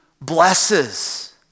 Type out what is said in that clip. blesses